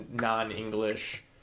non-english